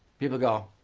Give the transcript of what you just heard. people go,